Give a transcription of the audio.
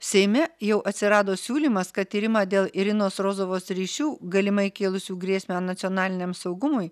seime jau atsirado siūlymas kad tyrimą dėl irinos rozovos ryšių galimai kėlusių grėsmę nacionaliniam saugumui